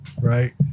Right